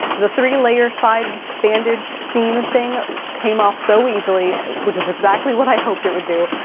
the three-layer side bandage seam thing came off so easily, which is exactly what i hoped it would do,